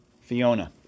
Fiona